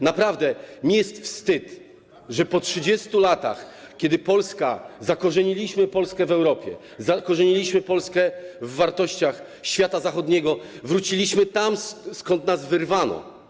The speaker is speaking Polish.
Naprawdę jest mi wstyd, że po 30 latach, kiedy zakorzeniliśmy Polskę w Europie, zakorzeniliśmy Polskę w wartościach świata zachodniego, wróciliśmy tam, skąd nas wyrwano.